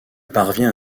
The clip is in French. parvient